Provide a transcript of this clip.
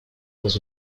dans